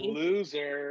loser